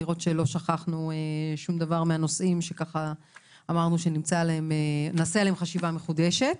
לראות שלא שכחנו שום דבר מהנושאים שאמרנו שנעשה עליהם חשיבה מחודשת.